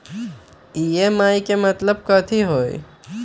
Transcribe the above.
EMI के मतलब कथी होई?